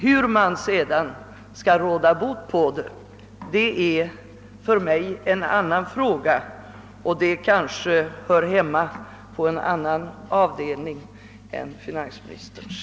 Hur vi sedan skall råda bot på den är för mig en annan fråga, och den hör kanske hemma på en annan avdelning än finansministerns.